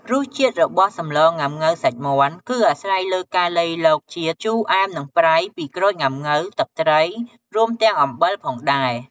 រសជាតិរបស់សម្លងុាំង៉ូវសាច់មាន់ គឺអាស្រ័យលើការលៃលកជាតិ ជូរ អែម និងប្រៃ ពីក្រូចងុាំង៉ូវ ទឹកត្រី រួមទាំងអំបិលផងដែរ។